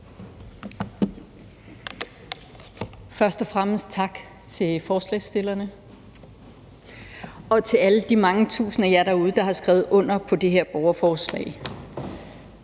Først og fremmest vil jeg sige tak til forslagsstillerne og til alle de mange tusinder af jer derude, der har skrevet under på det her borgerforslag.